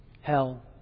hell